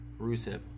Rusev